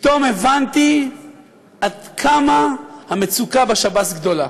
פתאום הבנתי עד כמה המצוקה בשב"ס גדולה,